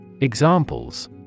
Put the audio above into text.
Examples